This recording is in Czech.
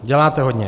Děláte hodně.